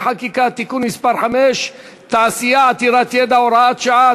ההצעה להעביר את הצעת חוק מס ערך מוסף (הוראת שעה),